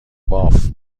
باف